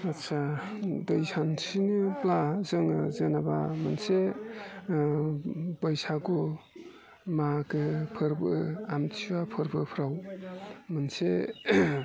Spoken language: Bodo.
आच्चा दै सानस्रियोब्ला जों जेनेबा मोनसे बैसागु मागो फोरबो आमथिसुवा फोरबोफ्राव मोनसे